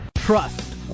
Trust